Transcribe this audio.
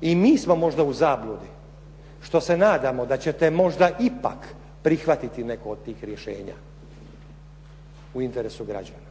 I mi smo možda u zabludi što se nadamo da ćete možda ipak prihvatiti neko od tih rješenja u interesu građana